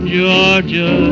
Georgia